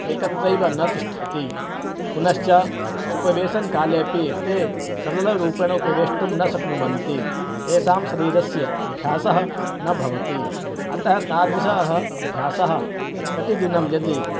एकत्रैव न तिष्ठति पुनश्च उपवेशनकाले अपि ते सरलरूपेण उपवेष्टुं न शक्नुवन्ति येषां शरीरस्य अभ्यासः न भवति अतः तादृशः अभ्यासः प्रतिदिनं यदि